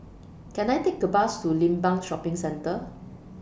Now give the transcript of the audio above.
Can I Take A Bus to Limbang Shopping Centre